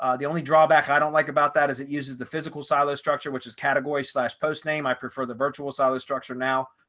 um the only drawback i don't like about that is it uses the physical silo structure, which is category slash post name, i prefer the virtual silo structure now,